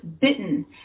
Bitten